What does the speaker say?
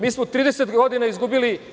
Mi smo 30 godina izgubili.